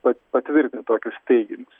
pat patvirtin tokius teiginius